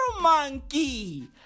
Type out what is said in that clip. monkey